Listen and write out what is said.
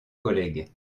collègues